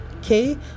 okay